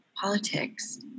politics